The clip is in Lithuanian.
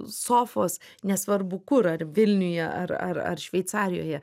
sofos nesvarbu kur ar vilniuje ar ar ar šveicarijoje